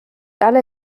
alle